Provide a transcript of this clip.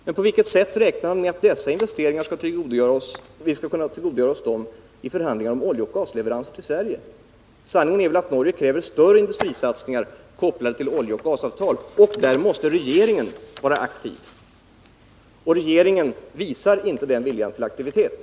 Men på vilket sätt räknar ni med att vi skall kunna tillgodogöra oss dessa investeringar vid förhandlingarna om oljeoch gasleveranser till Sverige? Sanningen är väl att Norge kräver större industrisatsningar, kopplade till oljeoch gasavtal, och här måste regeringen vara aktiv. Regeringen visar inte den viljan till aktivitet.